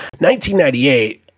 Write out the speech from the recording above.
1998